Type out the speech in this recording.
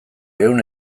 ehun